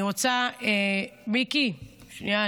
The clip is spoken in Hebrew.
מיקי, שנייה.